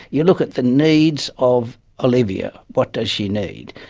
you look at the needs of olivia, what does she need,